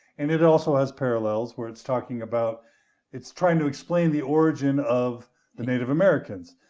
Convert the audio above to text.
and it also has parallels where it's talking about it's trying to explain the origin of the native americans.